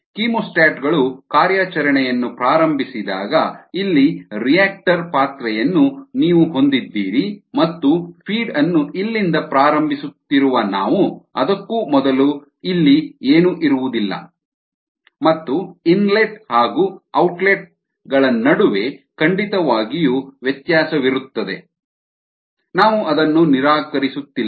chemostat ಗಳು ಕಾರ್ಯಾಚರಣೆಯನ್ನು ಪ್ರಾರಂಭಿಸಿದಾಗ ಇಲ್ಲಿ ರಿಯಾಕ್ಟರ್ ಪಾತ್ರೆಯನ್ನು ನೀವು ಹೊಂದಿದ್ದಿರಿ ಮತ್ತು ಫೀಡ್ ಅನ್ನು ಇಲ್ಲಿಂದ ಪ್ರಾರಂಭಿಸುತ್ತಿರುವ ನಾವು ಅದಕ್ಕೂ ಮೊದಲು ಇಲ್ಲಿ ಏನೂ ಇರುವುದಿಲ್ಲ ಮತ್ತು ಇನ್ಲೆಟ್ ಹಾಗು ಔಟ್ಲೆಟ್ ಗಳ ನಡುವೆ ಖಂಡಿತವಾಗಿಯೂ ವ್ಯತ್ಯಾಸವಿರುತ್ತದೆ ನಾವು ಅದನ್ನು ನಿರಾಕರಿಸುತ್ತಿಲ್ಲ